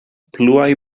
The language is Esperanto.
pluaj